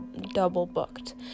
double-booked